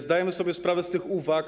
Zdajemy sobie sprawę z tych uwag.